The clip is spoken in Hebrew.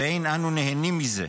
ואין אנו נהנים מזה.